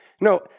No